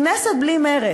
כנסת בלי מרצ,